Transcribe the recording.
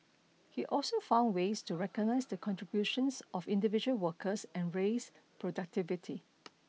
he also found ways to recognise the contributions of individual workers and raise productivity